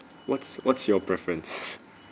what's what's your preference